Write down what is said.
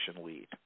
lead